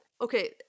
okay